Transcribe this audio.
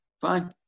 Fine